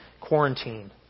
quarantine